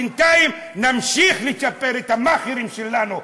בינתיים נמשיך לצ'פר את המאכערים שלנו.